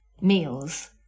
meals